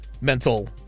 mental